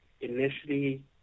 initially